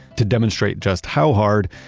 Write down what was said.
to demonstrate just how hard,